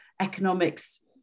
economics